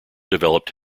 developed